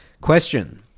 question